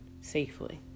safely